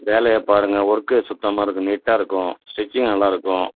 வேலையைப் பாருங்கள் ஒர்க்கு சுத்தமாக இருக்கும் நீட்டாக இருக்கும் ஸ்டிச்சிங் நல்லா இருக்கும்